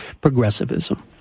progressivism